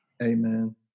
amen